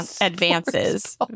advances